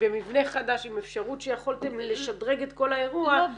במבנה חדש עם אפשרות שיכולתם לשדרג את כל האירוע -- לא,